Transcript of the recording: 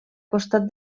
costat